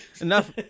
Enough